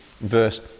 verse